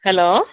hello